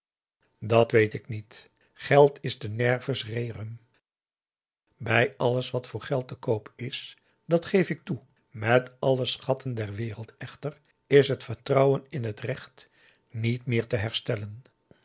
dat weet ik niet geld is de n e r v u s r e r u m bij alles wat voor geld te koop is dat geef ik toe met alle schatten der wereld echter is het vertrouwen in het recht niet meer te herstellen